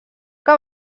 que